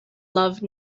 love